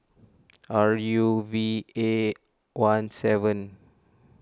R U V A one seven